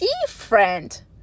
different